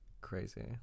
Crazy